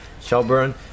Shelburne